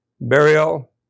burial